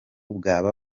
bwaba